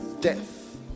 death